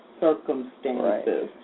circumstances